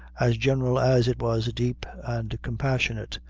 as general as it was deep and compassionate.